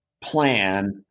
plan